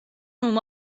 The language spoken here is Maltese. huma